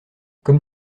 comme